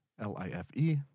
L-I-F-E